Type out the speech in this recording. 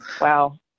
Wow